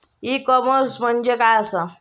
E commerce म्हणजे काय असा?